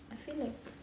I feel like